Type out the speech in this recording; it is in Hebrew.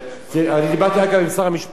דיברתי עם שר המשפטים,